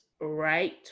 right